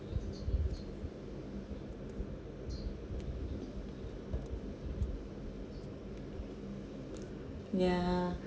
ya